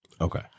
Okay